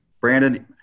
brandon